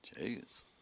Jeez